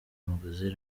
magazine